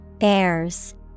Heirs